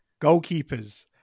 goalkeepers